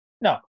No